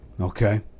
okay